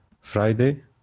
Friday